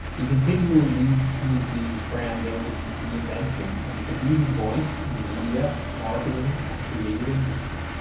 he continually leads p and g's brand-building reinvention and is a leading voice in the media, marketing and creative industry.